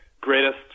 greatest